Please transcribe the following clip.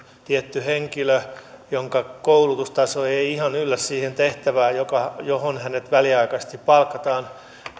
tietty henkilö jonka koulutustaso ei ihan yllä siihen tehtävään johon hänet väliaikaisesti palkataan